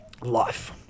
life